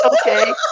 okay